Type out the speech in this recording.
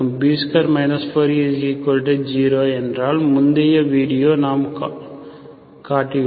B2 4AC0 என்றால் முந்தைய video நாம் காட்டியுள்ளோம்